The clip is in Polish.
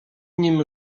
nim